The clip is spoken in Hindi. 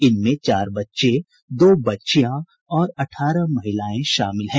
इनमें चार बच्चे दो बच्चियां और अठारह महिलाएं शामिल हैं